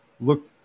look